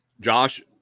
Josh